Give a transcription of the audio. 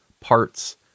parts